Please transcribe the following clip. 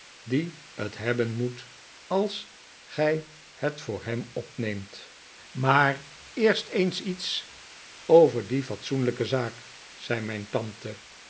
die t hebben nloet als gij het voor hem opneemt maar eerst eens iets over die fatsoenlijke zaak zei mijn tante